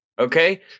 okay